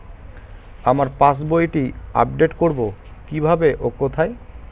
আমার পাস বইটি আপ্ডেট কোরবো কীভাবে ও কোথায়?